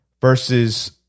versus